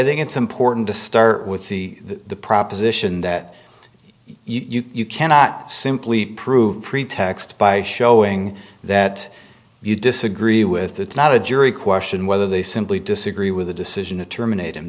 think it's important to start with the proposition that you cannot simply prove pretext by showing that you disagree with the not a jury question whether they simply disagree with the decision to terminate